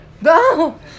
No